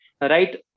right